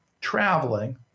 traveling